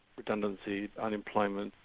redundancy, unemployment,